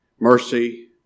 mercy